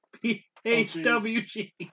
p-h-w-g